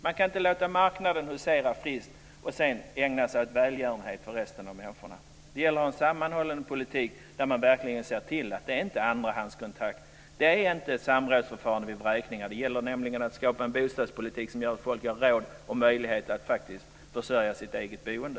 Man kan inte låta marknaden husera friskt och sedan ägna sig åt välgörenhet för övriga människor, utan det gäller att ha en sammanhållen politik där man verkligen ser till att det inte handlar om andrahandskontrakt och att det egentligen är samrådsförfarande vid vräkningar. Det gäller nämligen att skapa en bostadspolitik som är sådan att folk har råd och möjlighet att faktiskt sörja för sitt eget boende.